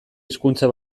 hizkuntza